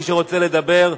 מי שרוצה לדבר,